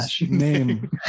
name